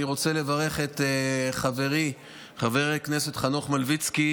אני רוצה לברך את חברי חבר הכנסת חנוך מלביצקי